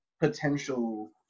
potential